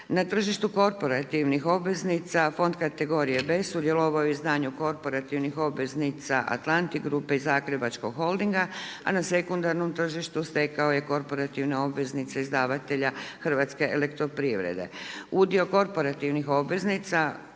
Na tržištu korporativnih obveznica fond kategorije B sudjelovao je u izdanju korporativnih obveznica Atlantic grupe i Zagrebačkog Holdinga a na sekundarnom tržištu stekao je korporativne obveznice izdavatelja HEP-a. Udio korporativnih obveznica